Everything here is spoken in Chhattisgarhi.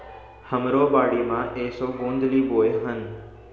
हमरो बाड़ी म एसो गोंदली बोए हन